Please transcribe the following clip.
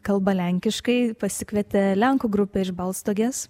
kalba lenkiškai pasikvietė lenkų grupę iš balstogės